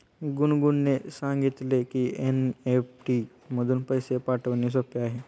गुनगुनने सांगितले की एन.ई.एफ.टी मधून पैसे पाठवणे सोपे आहे